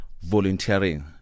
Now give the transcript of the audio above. volunteering